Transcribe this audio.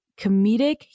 comedic